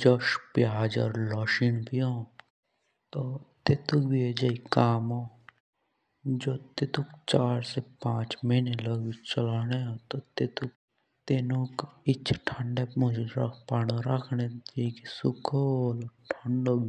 जस एभी प्याज और लोसिन भी होन तो तेतुक तीन से चार महीने लग भी चोलाने। तो तेतोक इचे ठंडे मुँज पोदने रखने जऐके बिलकुल सुखो होला।